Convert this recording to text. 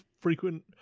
frequent